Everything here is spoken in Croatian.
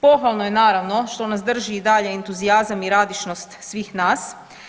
Pohvalno je naravno što nas drži i dalje entuzijazam i radišnost svih nas.